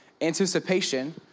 anticipation